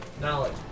knowledge